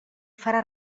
farà